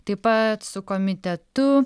taip pat su komitetu